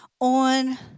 on